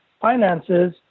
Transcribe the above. finances